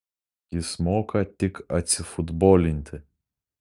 jis moka tik atsifutbolinti